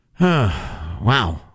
wow